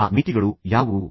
ಆ ಮಿತಿಗಳು ಯಾವುವು